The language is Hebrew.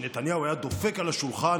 נתניהו היה דופק על השולחן,